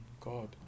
God